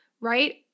right